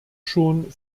schon